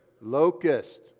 Locust